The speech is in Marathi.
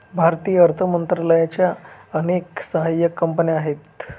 भारतीय अर्थ मंत्रालयाच्या अनेक सहाय्यक कंपन्या आहेत